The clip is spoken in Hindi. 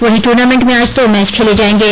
वहीं ट्र्नामेंट में आज दो मैच खेले जायेंगे